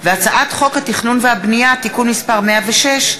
הצעת חוק התכנון והבנייה (תיקון מס' 106),